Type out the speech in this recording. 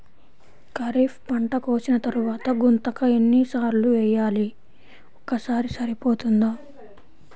ఖరీఫ్ పంట కోసిన తరువాత గుంతక ఎన్ని సార్లు వేయాలి? ఒక్కసారి సరిపోతుందా?